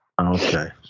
Okay